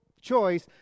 choice